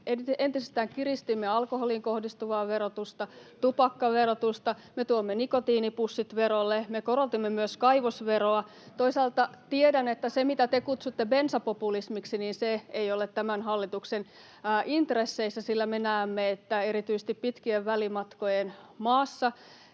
entisestään kiristimme alkoholiin kohdistuvaa verotusta ja tupakkaverotusta, tuomme nikotiinipussit verolle, ja me korotimme myös kaivosveroa. Toisaalta tiedän, että se, mitä te kutsutte bensapopulismiksi, ei ole tämän hallituksen intresseissä, sillä me näemme, että erityisesti pitkien välimatkojen maassa,